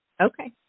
Okay